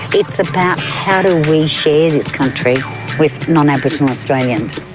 it's about how do we share this country with non-aboriginal australians.